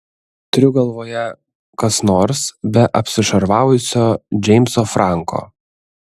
turiu galvoje kas nors be apsišarvavusio džeimso franko